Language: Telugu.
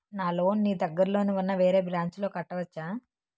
నా లోన్ నీ దగ్గర్లోని ఉన్న వేరే బ్రాంచ్ లో కట్టవచా?